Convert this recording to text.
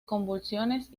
convulsiones